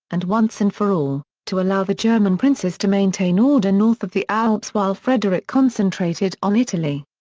and once and for all, to allow the german princes to maintain order north of the alps while frederick concentrated on italy.